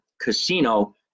Casino